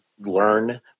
learn